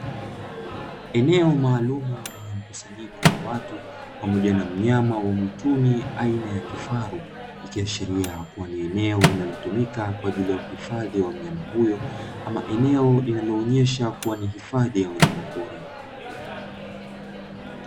Eneo maalumu lenye mkusanyiko wa watu pamoja na mnyama wa mwituni aina ya kifaru, ikiashiria kuwa ni eneo linalotumika kwa ajili ya uhifadhi wa mnyama huyo ama eneo linaloonesha kuwa ni hifadhi ya wanyama pori.